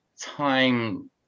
time